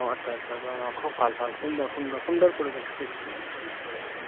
অঁ আচ্ছা আচ্ছা অঁ অঁ খুব ভাল ভাল সুন্দৰ সুন্দৰ সুন্দৰ পৰিৱেশ ঠিক